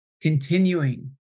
continuing